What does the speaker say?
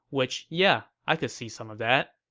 which, yeah, i could see some of that.